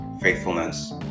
faithfulness